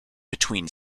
between